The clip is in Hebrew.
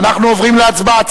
אנחנו עוברים להצבעה.